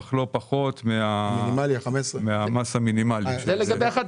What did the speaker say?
ולא פחות מהמס המינימאלי.